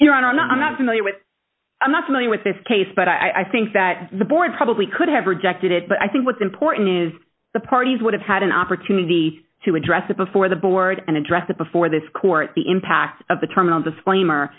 iran i'm not familiar with i'm not familiar with this case but i think that the board probably could have rejected it but i think what's important is the parties would have had an opportunity to address it before the board and address that before this court the impact of the terminal disclaimer